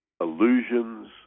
illusions